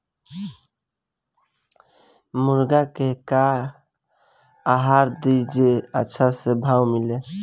मुर्गा के का आहार दी जे से अच्छा भाव मिले?